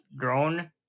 drone